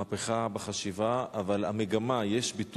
מהפכה בחשיבה, אבל יש ביטוי